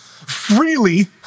freely